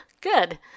Good